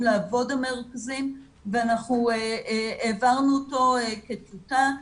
לעבוד המרכזים ואנחנו העברנו אותו כטיוטה.